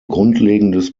grundlegendes